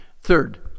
Third